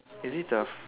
is it the f~